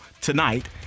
tonight